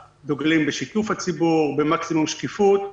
אנחנו דוגלים בשיתוף הציבור ובמקסימום שקיפות.